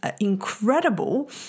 incredible